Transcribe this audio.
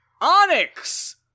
Onyx